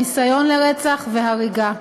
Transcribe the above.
ניסיון לרצח והריגה.